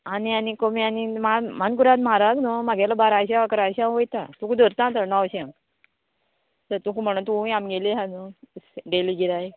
आनी आनी कमी आनी मान मानकुराद म्हारग न्हू म्हागेलो बाराशे अकराश्यां वयता तुका धरता तर णवश्यांक सर तुका म्हणून तूंय आमगेली आहा न्हू डेली गिरायक